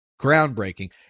groundbreaking